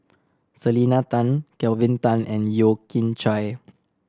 Selena Tan Kelvin Tan and Yeo Kian Chye